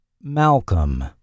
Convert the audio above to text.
Malcolm